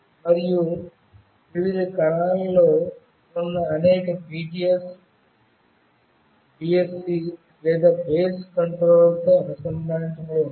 మరియు వివిధ కణాలలో ఉన్న అనేక BTS BSC లేదా బేస్ స్టేషన్ కంట్రోలర్ తో అనుసంధానించబడి ఉన్నాయి